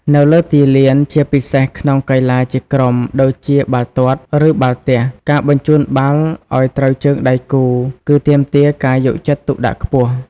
នៅលើទីលាន ជាពិសេសក្នុងកីឡាជាក្រុមដូចជាបាល់ទាត់ ឬបាល់ទះ ការបញ្ជូនបាល់ឱ្យត្រូវជើងដៃគូ គឺទាមទារការយកចិត្តទុកដាក់ខ្ពស់។